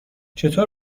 چطور